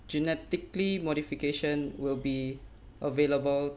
genetically modification will be available